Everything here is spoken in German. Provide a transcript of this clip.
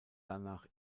danach